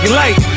light